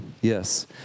Yes